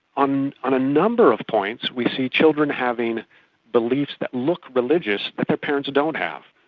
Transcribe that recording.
on on a number of points we see children having beliefs that look religious that their parents don't have